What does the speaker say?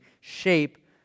shape